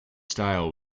style